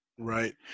Right